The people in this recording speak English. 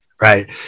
Right